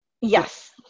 Yes